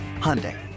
Hyundai